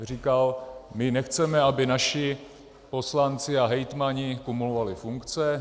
Říkal: my nechceme, aby naši poslanci a hejtmani kumulovali funkce.